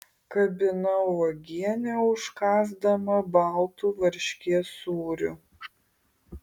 kabinau uogienę užkąsdama baltu varškės sūriu